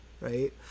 right